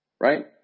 right